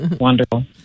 wonderful